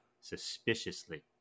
Suspiciously